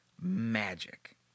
magic